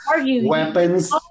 weapons